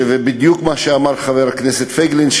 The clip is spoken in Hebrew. בדיוק מה שאמר חבר הכנסת פייגלין,